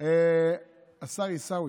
השר עיסאווי,